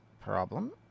problem